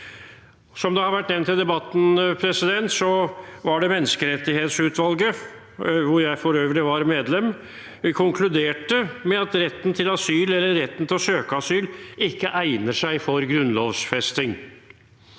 Som det har vært nevnt i debatten, var det menneskerettighetsutvalget, hvor jeg for øvrig var medlem, som konkluderte med at retten til asyl eller retten til å søke asyl ikke egner seg for grunnlovfesting.